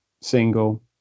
single